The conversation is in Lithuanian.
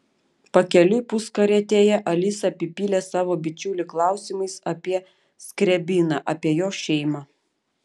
pakeliui puskarietėje alisa apipylė savo bičiulį klausimais apie skriabiną apie jo šeimą